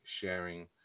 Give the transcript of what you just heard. sharing